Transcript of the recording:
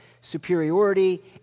superiority